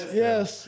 yes